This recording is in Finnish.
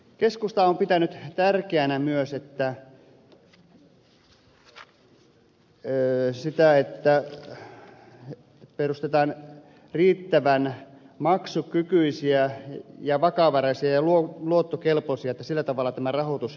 keskusta on pitänyt tärkeänä myös sitä että perustetaan riittävän maksukykyisiä vakavaraisia ja luottokelpoisia yliopistoja ja sillä tavalla tämä rahoitus järjestetään